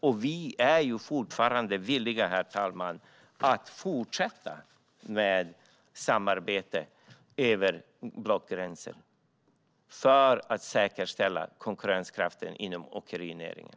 Och vi är villiga, herr ålderspresident, att fortsätta att samarbeta över blockgränsen för att säkerställa konkurrenskraften inom åkerinäringen.